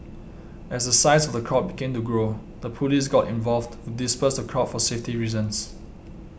as the size of the crowd began to grow the police got involved to disperse the crowd for safety reasons